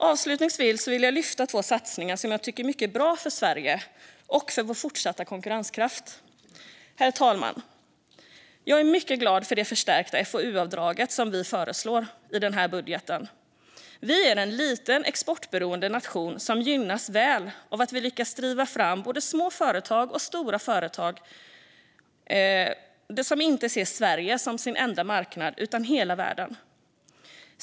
Avslutningsvis vill jag lyfta fram två satsningar som jag tycker är mycket bra för Sverige och för vår fortsatta konkurrenskraft. Herr talman! Jag är mycket glad för det förstärka FoU-avdrag som vi föreslår i budgeten. Vi är en liten, exportberoende nation som gynnas väl av att vi lyckas driva fram både små företag och stora företag som inte ser Sverige som sin enda marknad utan hela världen.